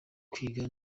kwiga